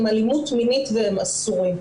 אלא הם אלימות מינית והם אסורים.